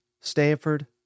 stanford